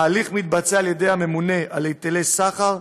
ההליך מתבצע על ידי הממונה על היטלי סחר,